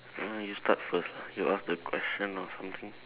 uh you start first you ask the question or something